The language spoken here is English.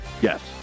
Yes